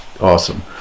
awesome